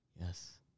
Yes